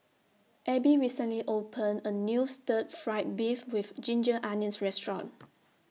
Abbey recently opened A New Stir Fried Beef with Ginger Onions Restaurant